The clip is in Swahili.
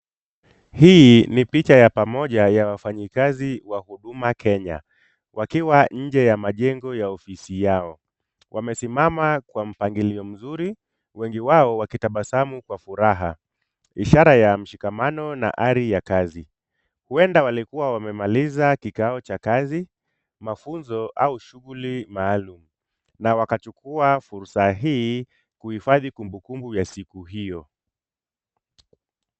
Hii ni picha ya pamoja ya wafanyakazi wa huduma Kenya, wakiwa nje ya majengo ya ofisi yao. Wamesimama kwa mpangilio mzuri, wengi wao wakitabasamu kwa furaha. Ishara ya mshikamano na ari ya kazi. Huenda walikuwa wamemaliza kikao cha kazi, mafunzo au shughuli maalum, na wakachukua fursa hii kuhifadhi kumbukumbu ya siku hiyo.